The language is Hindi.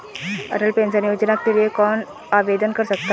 अटल पेंशन योजना के लिए कौन आवेदन कर सकता है?